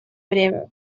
время